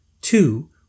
Two